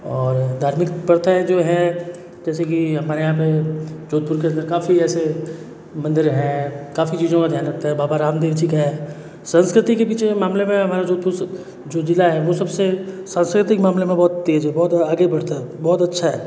और धार्मिक प्रथाएं जो हैं जैसे कि हमारे यहाँ पे जोधपुर के अंदर काफ़ी ऐसे मंदिर हैं काफ़ी चीज़ों का ध्यान रखते हैं बाबा रामदेव जी का है संस्कृति के पीछे मामले में हमारा जोधपुर जो ज़िला है वो सबसे सांस्कृतिक मामले में बहुत तेज़ है बहुत आगे बढ़ता है बहुत अच्छा है